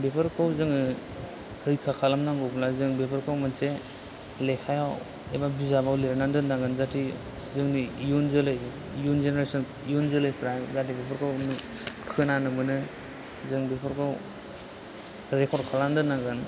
बेफोरखौ जोङो रैखा खालामनांगौब्ला जों बेफोरखौ मोनसे लेखायाव एबा बिजाबाव लिरनानै दोनांगोन जाहाथे जोंनि इयुन जोलै इयुन जेनेरेसन इयुन जोलैफोरा जाहाथे बेफोरखौ खोनानो मोनो जों बेफोरखौ रेकर्द खालामना दोननांगोन